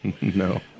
No